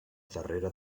darrere